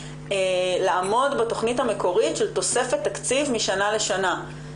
לעמוד בתכנית המקורית של תוספת תקציב משנה לשנה.